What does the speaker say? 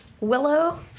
willow